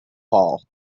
hall